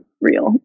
real